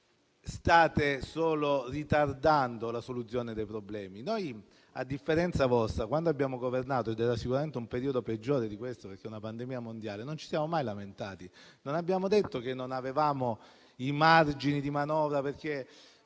state solo ritardando la soluzione dei problemi. Noi, a differenza vostra, quando abbiamo governato - ed era sicuramente un periodo peggiore di questo, perché c'era una pandemia mondiale - non ci siamo mai lamentati. Non abbiamo detto che non avevamo i margini di manovra perché,